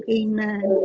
amen